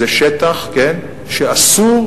זה שטח שאסור,